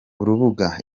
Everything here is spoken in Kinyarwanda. urubuga